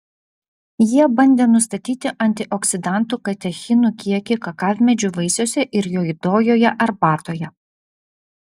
jie bandė nustatyti antioksidantų katechinų kiekį kakavmedžių vaisiuose ir juodojoje arbatoje